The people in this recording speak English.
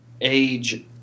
age